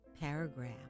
paragraph